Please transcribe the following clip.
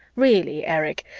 really, erich,